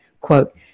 Quote